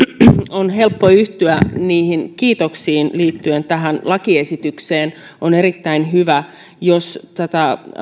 on helppo yhtyä niihin kiitoksiin liittyen tähän lakiesitykseen on erittäin hyvä jos tätä